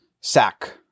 sack